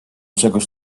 czegoś